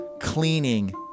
cleaning